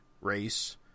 race